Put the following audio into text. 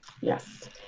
Yes